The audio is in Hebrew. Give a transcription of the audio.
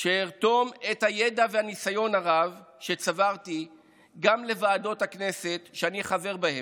שארתום את הידע והניסיון הרב שצברתי גם בוועדות הכנסת שאני חבר בהן,